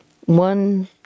One